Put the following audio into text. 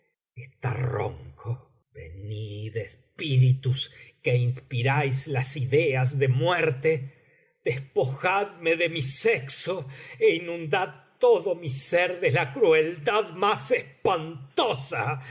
está ronco venid espíritus que inspiráis las ideas de muerte despojadme de mi sexo é inundad todo mi ser de la crueldad más espantosa